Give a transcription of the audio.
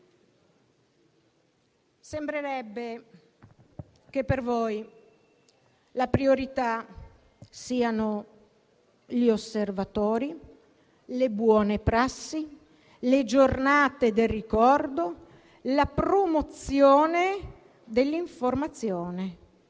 Sembrerebbe che, per voi, la priorità siano gli osservatori, le buone prassi, le giornate del ricordo e la promozione dell'informazione.